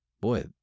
boy